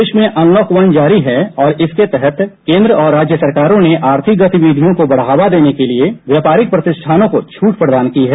देश में unlock one जारी है और इसके तहत केंद्र और राज्य सरकारों ने आर्थिक गतिविधियों को बढ़ावा देने के लिए व्यापारिक प्रतिष्ठानों को छूट प्रदान की है